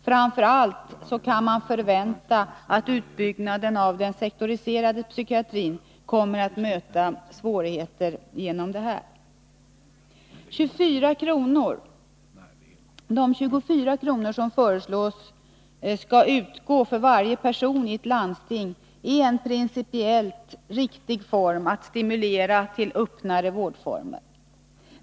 Framför allt kan man förvänta att utbyggnaden av den sektoriserade psykiatrin kommer att möta svårigheter genom detta. De 24 kr. som föreslås skall utgå för varje person i ett landsting utgör en principiellt viktig form för att stimulera till öppnare vårdformer.